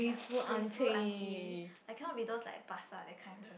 graceful auntie I cannot be those like pasar that kind the